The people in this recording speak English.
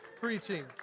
preaching